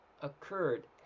occurred